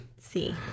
See